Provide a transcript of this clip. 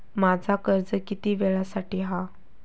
माझा कर्ज किती वेळासाठी हा?